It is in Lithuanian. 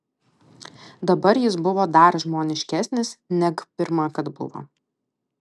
dabar jis buvo dar žmoniškesnis neg pirma kad buvo